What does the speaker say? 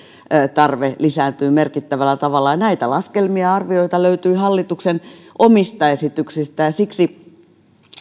tarve lisääntyy merkittävällä tavalla näitä laskelmia ja arvioita löytyy hallituksen omista esityksistä ja ja siksi